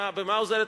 במה עוזרת החסינות?